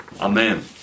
Amen